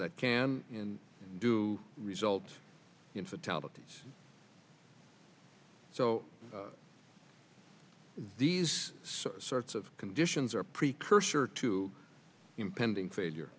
that can and do result in fatalities so these sorts of conditions are a precursor to impending failure